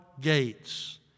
gates